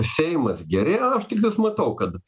seimas gerėja aš tiktais matau kad